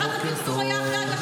-- ויי ויי, טלי, בוקר טוב.